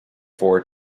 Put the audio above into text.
four